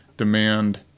demand